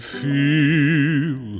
feel